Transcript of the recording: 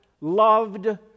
loved